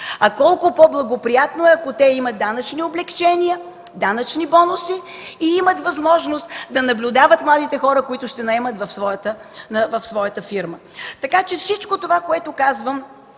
А колко по-благоприятно е, ако те имат данъчни облекчения, данъчни бонуси и имат възможност да наблюдават младите хора, които ще наемат в своята фирма. Така че всичко това, което казвам,